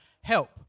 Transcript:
help